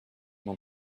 mon